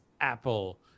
Apple